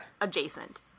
adjacent